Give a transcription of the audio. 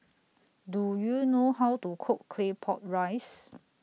Do YOU know How to Cook Claypot Rice